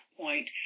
point